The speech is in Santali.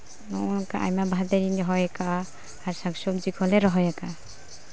ᱱᱚᱜᱼᱚ ᱱᱚᱝᱠᱟ ᱟᱭᱢᱟ ᱵᱟᱦᱟᱜᱤᱧ ᱨᱚᱦᱚᱭ ᱠᱟᱫᱟ ᱟᱨ ᱥᱟᱠᱼᱥᱚᱵᱽᱡᱤ ᱠᱚᱦᱚᱸᱞᱮ ᱨᱚᱦᱚᱭ ᱠᱟᱫᱟ